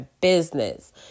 business